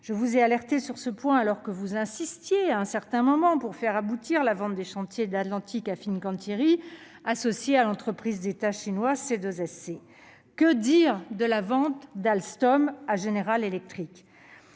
Je vous ai alerté sur ce point, alors que vous insistiez pour faire aboutir la vente des Chantiers de l'Atlantique à Fincantieri, associé à l'entreprise d'État chinoise CSSC. Que dire de la vente d'Alstom à General Electric ?